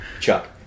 Chuck